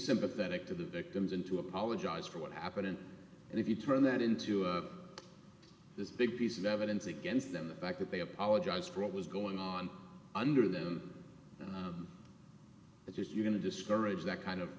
sympathetic to the victims and to apologize for what happened and if you turn that into this big piece of evidence against them the fact that they apologize for what was going on under them if you're going to discourage that kind of